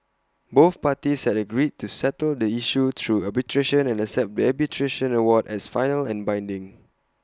both parties had agreed to settle the issue through arbitration and accept the arbitration award as final and binding